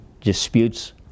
disputes